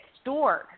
stored